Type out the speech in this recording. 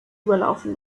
überlaufen